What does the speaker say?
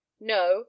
no